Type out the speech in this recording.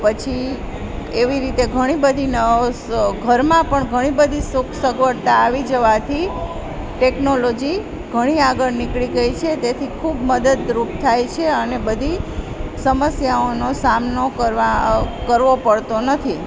પછી એવી રીતે ઘણી બધી ઘરમાં પણ ઘણી બધી સુખ સગવળતા આવી જવાથી ટેકનોલોજી ઘણી આગળ નીકળી ગઈ છે તેથી ખૂબ મદદરૂપ થાય છે અને બધી સમસ્યાઓનો સામનો કરવો પડતો નથી